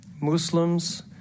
Muslims